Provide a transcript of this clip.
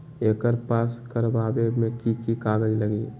एकर पास करवावे मे की की कागज लगी?